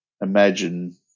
Imagine